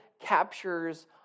captures